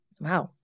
Wow